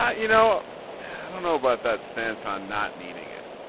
you know i don't know about that stance on not needing it.